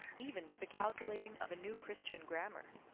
even to the calculating of a new christian grammar.